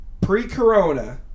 Pre-corona